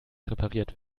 repariert